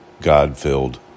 God-filled